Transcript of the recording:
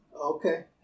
okay